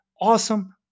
awesome